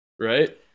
Right